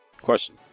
question